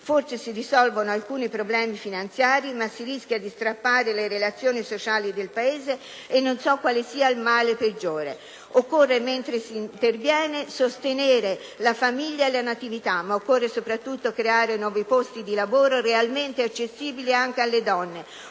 forse si risolvono alcuni problemi finanziari, ma si rischia dì strappare le relazioni sociali del Paese, e non so quale sia il male peggiore. Occorre, mentre si interviene, sostenere la famiglia e la natività, ma occorre soprattutto creare nuovi posti di lavoro realmente accessibili anche alle donne: